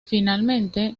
finalmente